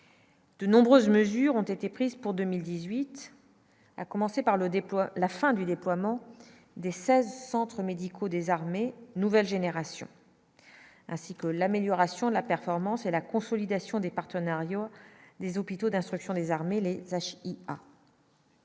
De nombreuses mesures ont été prises pour 2018, à commencer par le dépôt à la fin du déploiement des 16 centres médicaux des armées, nouvelle génération, ainsi que l'amélioration de la performance et la consolidation des partenariats, des hôpitaux d'instruction des armées le sache.